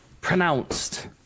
pronounced